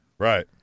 Right